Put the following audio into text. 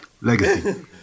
Legacy